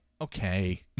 okay